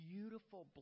Beautiful